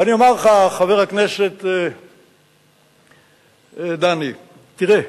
ואני אומר לך, חבר הכנסת דני, תראה,